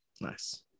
Nice